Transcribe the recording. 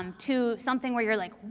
um to something where you're like,